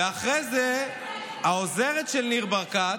ואחרי זה, העוזרת של ניר ברקת,